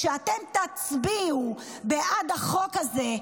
כשאתם תצביעו בעד החוק הזה,